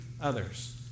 others